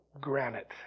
granite